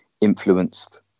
influenced